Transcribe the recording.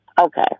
Okay